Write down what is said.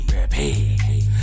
repeat